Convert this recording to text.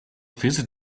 fizzy